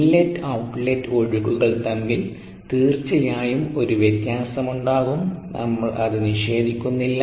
in ലറ്റ് outlet ഒഴുക്കുകൾ തമ്മിൽ തീർച്ചയായും ഒരു വ്യത്യാസമുണ്ടാകും നമ്മൾ അത് നിഷേധിക്കുന്നില്ല